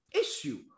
issue